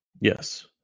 Yes